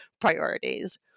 priorities